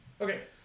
Okay